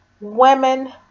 women